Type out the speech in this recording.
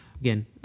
again